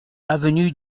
avenue